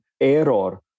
error